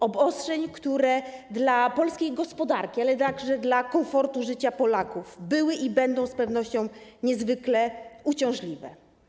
Obostrzeń, które dla polskiej gospodarki, ale także dla komfortu życia Polaków były i będą z pewnością niezwykle uciążliwe.